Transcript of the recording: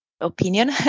opinion